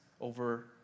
over